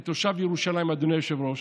כתושב ירושלים, אדוני היושב-ראש,